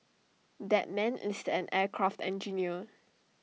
that man is an aircraft engineer